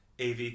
AV